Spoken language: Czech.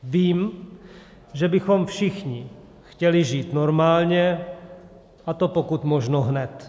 Vím, že bychom všichni chtěli žít normálně, a to pokud možno hned.